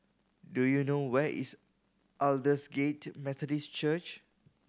do you know where is Aldersgate Methodist Church